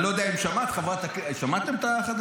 אני לא יודע אם שמעת, שמעתם את החדשות?